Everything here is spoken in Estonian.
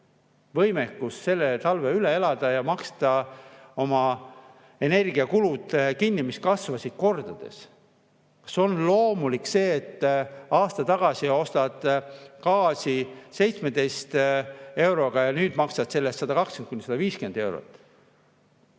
võimekus see talv üle elada ja maksta kinni oma energiakulud, mis kasvasid kordades. Kas on loomulik, et aasta tagasi ostad gaasi 17 euroga ja nüüd maksad selle eest 120–150 eurot?